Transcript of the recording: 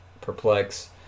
Perplex